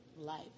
life